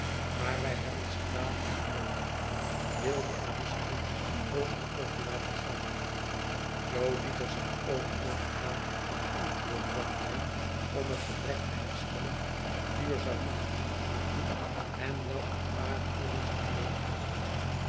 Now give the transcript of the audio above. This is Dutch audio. maar wij hebben ze dadelijk noodig wil je er dus eens een oogje over laten gaan jo liet er zijn oog over gaan en antwoordde dat hij om het gebrek te herstellen vuur zou moeten aanmaken en wel een paar uren zou noodig hebben